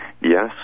Yes